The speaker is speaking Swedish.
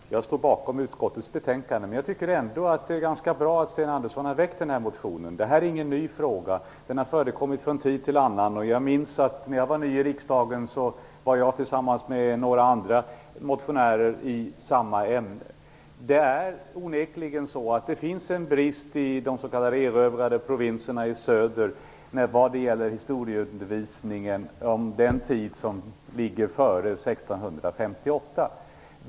Fru talman! Jag står bakom utskottets betänkande, men jag tycker ändå att det är ganska bra att Sten Andersson har väckt den här motionen. Det här är ingen ny fråga. Den har förekommit från tid till annan. Jag minns att när jag var ny i riksdagen motionerade jag tillsammans med några andra i samma ämne. Det finns en brist i de s.k. erövrade provinserna i söder vad gäller historieundervisningen om den tid som ligger före år 1658.